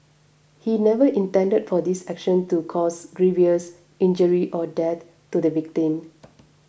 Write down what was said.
he never intended for this action to cause grievous injury or death to the victim